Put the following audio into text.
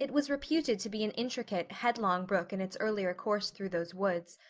it was reputed to be an intricate, headlong brook in its earlier course through those woods,